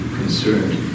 concerned